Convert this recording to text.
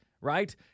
right